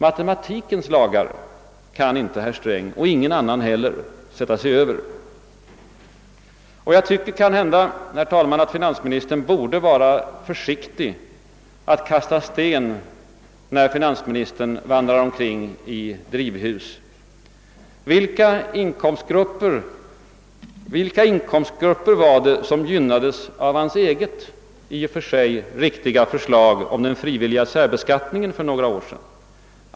Matematikens lagar kan inte herr Sträng — och ingen annan heller — sätta sig över. Jag tycker, herr talman, att finansministern borde vara försiktig med att kasta sten när finansministern vandrar omkring i drivhus. Vilka inkomstgrupper gynnades av hans eget i och för sig riktiga förslag om den frivilliga särbeskattningen för några år sedan?